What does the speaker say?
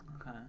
Okay